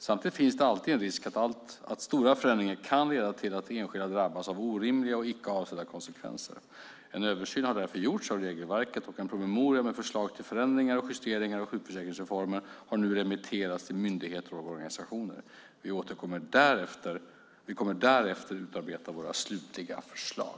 Samtidigt finns det alltid en risk att stora förändringar kan leda till att enskilda drabbas av orimliga och icke avsedda konsekvenser. En översyn har därför gjorts av regelverket, och en promemoria med förslag till vissa förändringar och justeringar av sjukförsäkringsreformen har nu remitterats till myndigheter och organisationer. Vi kommer därefter att utarbeta våra slutliga förslag.